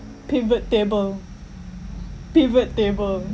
pivot table pivot table